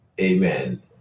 Amen